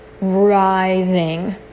rising